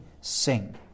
sing